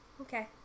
Okay